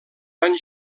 van